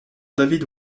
david